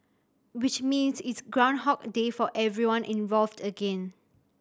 which means it's groundhog day for everyone involved again